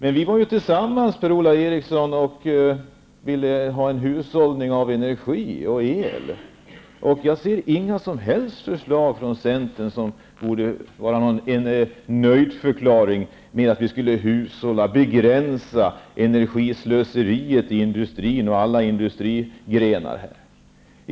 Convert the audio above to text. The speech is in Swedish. Vi föreslog ju tillsammans, Per-Ola Eriksson, en hushållning med energi och el, men jag ser inga som helst förslag från Centern som kan ge skäl för en nöjdförklaring över hushållning med el och begränsning av energislöseriet i industrin och alla industrigrenar.